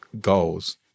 goals